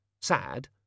sad